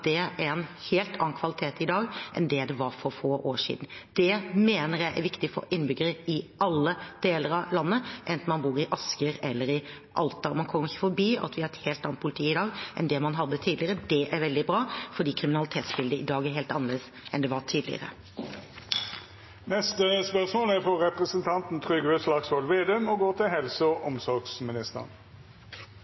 er en helt annen i dag enn det den var for få år siden. Det mener jeg er viktig for innbyggere i alle deler av landet, enten man bor i Asker eller i Alta. Man kommer ikke forbi at vi har et helt annet politi i dag enn det man hadde tidligere. Det er veldig bra, for kriminalitetsbildet i dag er helt annerledes enn det var tidligere.